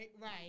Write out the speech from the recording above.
right